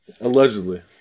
Allegedly